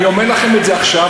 אני אומר לכם את זה עכשיו.